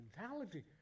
mentality